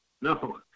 No